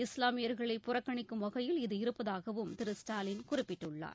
இஸ்லாமியர்களை புறக்கணிக்கும் வகையில் இது இருப்பதாகவும் திரு ஸ்டாலின் குறிப்பிட்டுள்ளார்